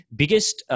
biggest